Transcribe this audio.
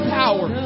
power